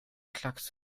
klacks